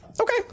Okay